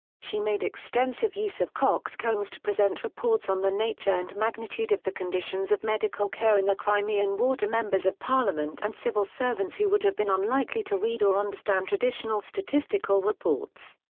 she made extensive use of coxcombs to present reports on the nature and magnitude of the conditions of medical care in the crimean war to members of parliament and civil servants who would have been unlikely to read or understand traditional statistical reports.